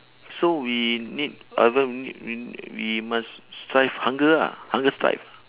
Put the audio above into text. so we need other need we must strive hunger ah hunger strike